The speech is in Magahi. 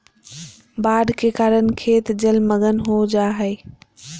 बाढ़ के कारण खेत जलमग्न हो जा हइ